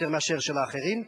יותר מאשר של האחרים,